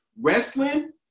Wrestling